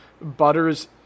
Butters